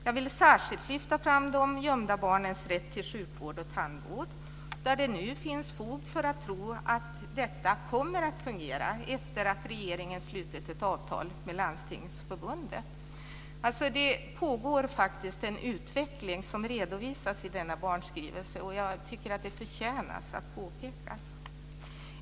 Jag vill särskilt lyfta fram de gömda barnens rätt till sjukvård och tandvård. Det finns nu fog för att tro att det kommer att fungera, efter att regeringen slutit ett avtal med Landstingsförbundet. Det pågår faktiskt en utveckling som redovisas i denna barnskrivelse. Det förtjänar att påpekas.